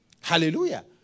hallelujah